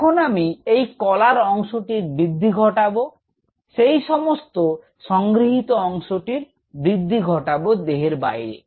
এখন আমি এই কলার অংশটির বৃদ্ধি ঘটাব সেই সমগ্র সংগৃহীত অংশটির বৃদ্ধি ঘটাব দেহের বাইরে